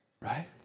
Right